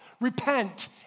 Repent